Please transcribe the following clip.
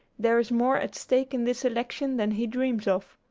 there is more at stake in this election than he dreams of.